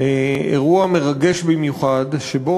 חבר הכנסת שמעון סולומון,